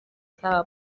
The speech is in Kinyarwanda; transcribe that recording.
club